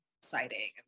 exciting